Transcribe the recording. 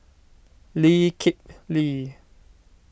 Lee Kip Lee